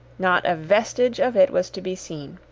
not a vestige of it was to be seen.